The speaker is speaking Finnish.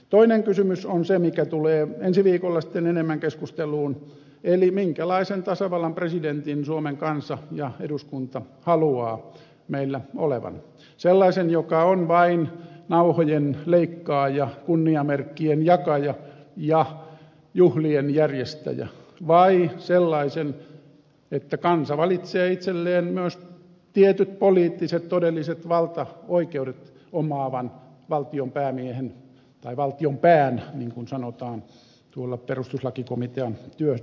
toinen kysymys on se mikä tulee ensi viikolla sitten enemmän keskusteluun eli minkälaisen tasavallan presidentin suomen kansa ja eduskunta haluaa meillä olevan sellaisen joka on vain nauhojen leikkaaja kunniamerkkien jakaja ja juhlien järjestäjä vai sellaisen että kansa valitsee itselleen myös tietyt poliittiset todelliset valtaoikeudet omaavan valtionpäämiehen tai valtion pään niin kuin sanotaan tuolla perustuslakikomitean työn yhteydessä